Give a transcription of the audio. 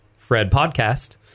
fredpodcast